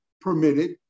permitted